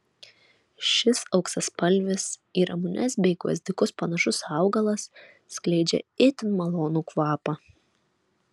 šis auksaspalvis į ramunes bei gvazdikus panašus augalas skleidžia itin malonų kvapą